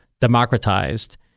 democratized